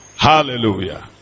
hallelujah